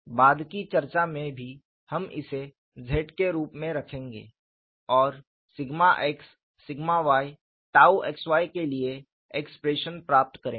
बाद की चर्चा में भी हम इसे Z के रूप में रखेंगे और sigma x sigma y tau x y के लिए एक्सप्रेशन प्राप्त करेंगे